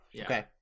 Okay